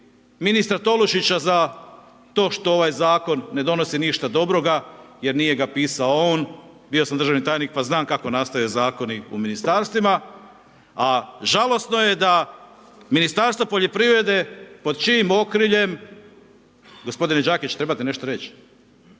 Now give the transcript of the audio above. ministra Tolušića za to što ovaj Zakon ne donosi ništa dobroga jer nije ga pisao on, bio sam državni tajnik pa znam kako nastaju zakoni u ministarstvima, a žalosno je da Ministarstvo poljoprivrede pod čijim okriljem… Gospodin Đakić, trebate nešto reći?